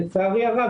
לצערי הרב,